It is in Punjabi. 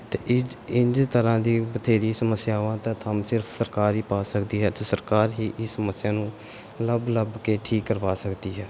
ਅਤੇ ਇੰਝ ਇੰਝ ਤਰ੍ਹਾਂ ਦੀ ਬਥੇਰੀ ਸਮੱਸਿਆਵਾਂ ਦਾ ਥੰਮ ਸਿਰਫ ਸਰਕਾਰ ਹੀ ਪਾ ਸਕਦੀ ਹੈ ਅਤੇ ਸਰਕਾਰ ਹੀ ਇਸ ਸਮੱਸਿਆ ਨੂੰ ਲੱਭ ਲੱਭ ਕੇ ਠੀਕ ਕਰਵਾ ਸਕਦੀ ਹੈ